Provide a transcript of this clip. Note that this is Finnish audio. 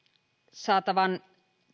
saatavan